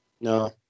No